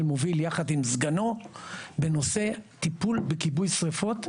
מוביל יחד עם סגנו בנושא טיפול בכיבוי שריפות,